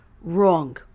Wrong